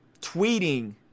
tweeting